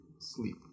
sleep